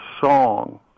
song